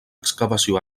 excavació